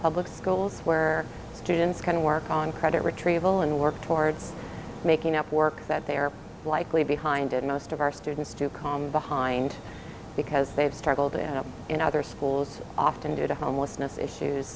public schools where students can work on credit retrieval and work towards making up work that they're likely behind and most of our students do come behind because they've struggled to end up in other schools often due to homelessness issues